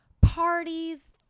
parties